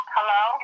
Hello